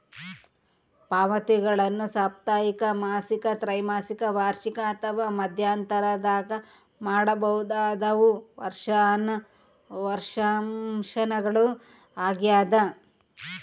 ಪಾವತಿಗಳನ್ನು ಸಾಪ್ತಾಹಿಕ ಮಾಸಿಕ ತ್ರೈಮಾಸಿಕ ವಾರ್ಷಿಕ ಅಥವಾ ಮಧ್ಯಂತರದಾಗ ಮಾಡಬಹುದಾದವು ವರ್ಷಾಶನಗಳು ಆಗ್ಯದ